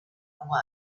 away